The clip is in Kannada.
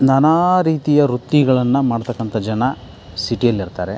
ನಾನಾ ರೀತಿಯ ವೃತ್ತಿಗಳನ್ನು ಮಾಡ್ತಕ್ಕಂತ ಜನ ಸಿಟಿಯಲ್ಲಿರ್ತಾರೆ